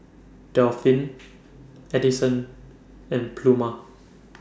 Delphin Adyson and Pluma